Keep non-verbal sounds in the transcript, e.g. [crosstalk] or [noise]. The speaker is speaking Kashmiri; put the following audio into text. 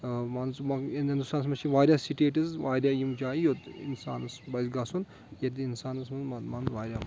[unintelligible] ہِندوستانس منٛز چھِ واریاہ سِٹیٹٕز واریاہ یِم جایہِ یوٚت اِنسانَس بَسہِ گژھُن ییٚتہِ اِنسانَس منٛز مان واریاہ مَزٕ